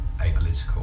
apolitical